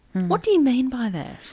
what do you mean by that?